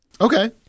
Okay